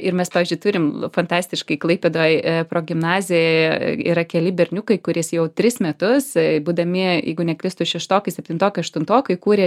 ir mes pavyzdžiui turim fantastiškai klaipėdoj progimnazijoj yra keli berniukai kuris jau tris metus būdami jeigu neklįstu šeštokai septintokai aštuntokai kūrė